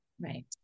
right